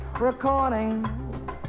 recording